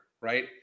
right